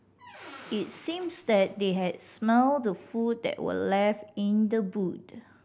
it seems that they had smelt the food that were left in the